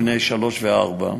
בני שלוש וארבע,